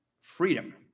freedom